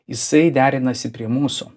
jisai derinasi prie mūsų